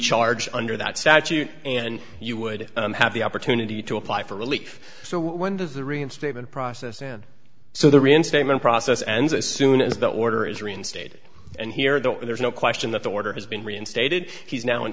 charged under that statute and you would have the opportunity to apply for relief so when does the reinstatement process and so the reinstatement process ends as soon as the order is reinstated and here don't there's no question that the order has been reinstated he's now in